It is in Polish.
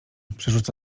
przerzuca